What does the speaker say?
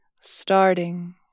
starting